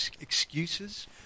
excuses